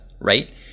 right